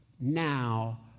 now